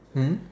mm